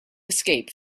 escape